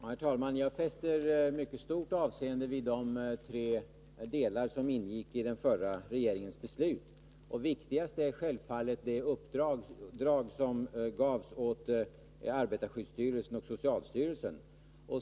Herr talman! Jag fäster mycket stort avseende vid de tre delar som ingick i den förra regeringens beslut. Viktigast är självfallet det uppdrag som gavs åt arbetarskyddsstyrelsen och socialstyrelsen.